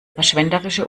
verschwenderische